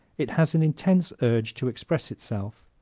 it has an intense urge to express itself.